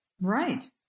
Right